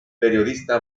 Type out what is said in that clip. periodista